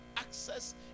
access